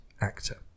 actor